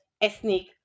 ethnic